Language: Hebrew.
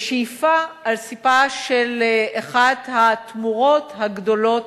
בשאיפה, על סִפה של אחת התמורות הגדולות